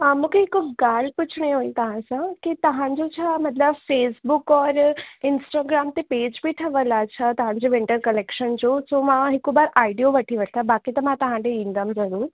मूंखे हिक ॻाल्हि पुछिणी हुई तव्हां सां की तव्हांजो छा मतिलब फ़ेसबुक और इंस्टाग्राम ते पेज़ बि ठहियल आहे छा तव्हांजो विन्टर कलेक्शन जो सो मां हिक बार आइडियो वठी वठां बाक़ी त मां तव्हां ॾिए ईंदमि ज़रूर